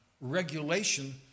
regulation